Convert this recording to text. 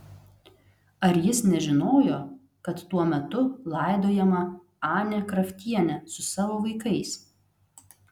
ar jis nežinojo kad tuo metu laidojama anė kraftienė su savo vaikais